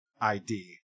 ID